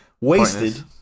wasted